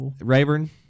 Rayburn